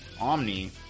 Omni